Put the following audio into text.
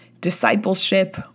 discipleship